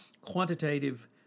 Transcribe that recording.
quantitative